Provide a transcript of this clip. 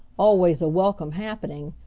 always a welcome happening,